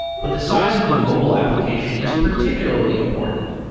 but the size of the mobile application is particularly important.